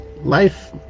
life